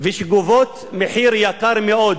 וגובות מחיר דמים יקר מאוד.